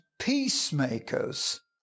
peacemakers